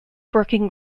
working